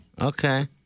okay